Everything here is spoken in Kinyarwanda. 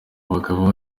bagabo